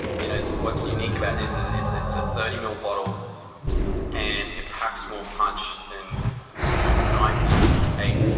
you know what's unique about this is it's it's a thirty ml bottle and it packs more punch than you know ninety eight.